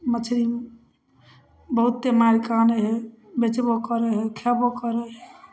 मछरी बहुते मारिकऽ आनै हइ बेचबो करै हइ खेबो करै हइ